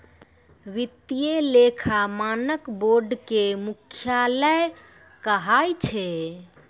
वित्तीय लेखा मानक बोर्डो के मुख्यालय कहां छै?